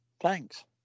Thanks